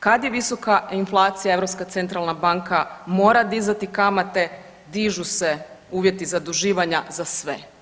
Kad je visoka inflacija Europska centralna banka mora dizati kamate, dižu se uvjeti zaduživanja za sve.